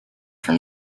for